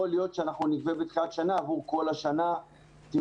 להיות שאנחנו נגבה בתחילת שנה על כל השנה טיולים,